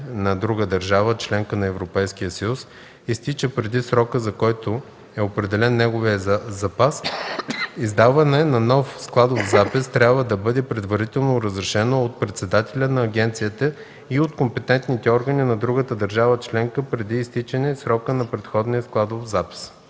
на друга държава – членка на Европейския съюз, изтича преди срока, за който е определен неговият запас, издаване на нов складов запис трябва да бъде предварително разрешено от председателя на агенцията и от компетентните органи на другата държава членка преди изтичане срока на предходния складов запис.